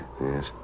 Yes